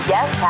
Yes